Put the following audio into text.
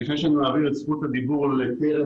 לפני שאני מעביר את זכות הדיבור לקרן,